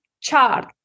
chart